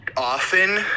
Often